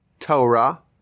Torah